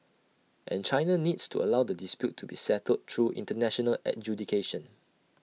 and China needs to allow the dispute to be settled through International adjudication